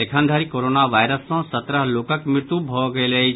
एखन धरि corona virus सँ सत्रह लोकक मृत्यु भऽ गेल अछि